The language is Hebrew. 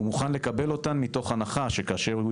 הוא מוכן לקבל אותן מתוך הנחה שכאשר הוא